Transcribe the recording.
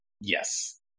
Yes